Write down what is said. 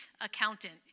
accountant